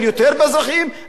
אני אקבל יותר תמיכה.